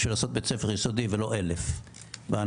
000 תושבים עברו סקר מתוכם 69 רשויות מקומיות ו-17 מועצות אזוריות.